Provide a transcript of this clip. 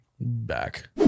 Back